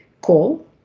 call